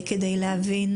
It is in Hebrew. כדי להבין